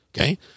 Okay